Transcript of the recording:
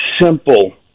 simple